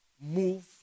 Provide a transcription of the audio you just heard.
move